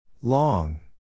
Long